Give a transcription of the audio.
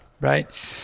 Right